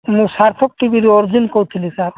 ମୁଁ ସାର୍ଥକ ଟିଭିରୁ ଅର୍ଜୁନ୍ କହୁଥିଲି ସାର୍